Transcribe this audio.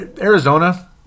Arizona